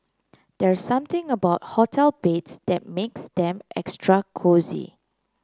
there something about hotel beds that makes them extra cosy